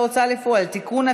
הצעת חוק ההוצאה לפועל (תיקון,